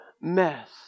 mess